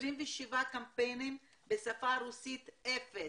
27 קמפיינים, בשפה הרוסית אפס.